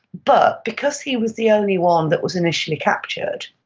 but because he was the only one that was initially captured,